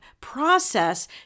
process